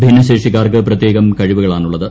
ഭിന്നശേഷിക്കാർക്ക് പ്രത്യേകം കഴിവുകളാണുള്ളത്